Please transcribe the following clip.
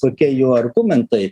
tokie jų argumentai